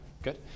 Good